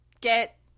get